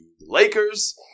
Lakers